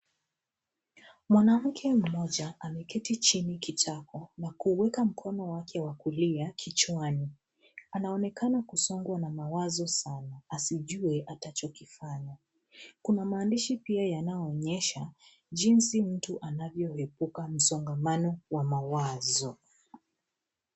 Mwanamke mmoja ameketi chini kitako na kuweka mkono wake wakulia kichwani. Anaonekana kusongwa na mawazo sana, asijue atachokifanya. Kuna maandishi pia yanaonyesha, jinsi mtu anavyo epuka msongamano wa mawazo.